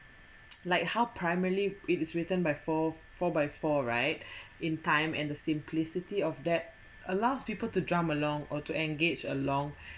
like how primary it is written by four four by four right in time and the simplicity of that allows people to drum along or to engage along